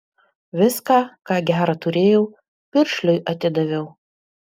viską ką gera turėjau piršliui atidaviau